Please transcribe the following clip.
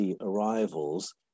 arrivals